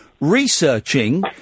researching